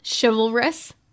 chivalrous